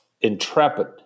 intrepid